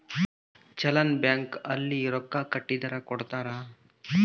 challan bank ಅಲ್ಲಿ ರೊಕ್ಕ ಕಟ್ಟಿದರ ಕೋಡ್ತಾರ